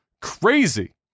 crazy